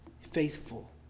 Faithful